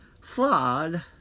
flawed